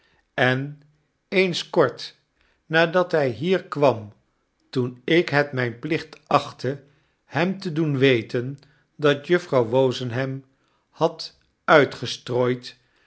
en eens kort nadat hij hier kwam toen ik het myn plicht achtte hem te doen weten dat juffrouw wozenham had uitgestrooid